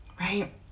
Right